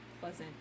pleasant